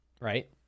right